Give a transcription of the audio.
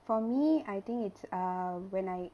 for me I think it's uh when I